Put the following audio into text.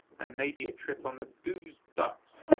and maybe a trip on the booze bus,